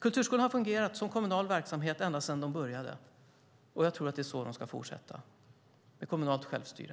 Kulturskolan har fungerat som kommunal verksamhet ända sedan den startade. Jag tror att det är så den ska fortsätta - med kommunalt självstyre.